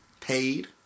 paid